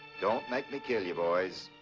don't make me kill you, boys.